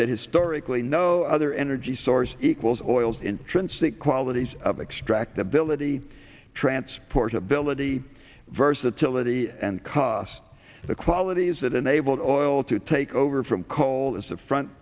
that historically no other energy source equals oil's intrinsic qualities of extract ability transportability versatility and cost the qualities that enabled oil to take over from coal is a front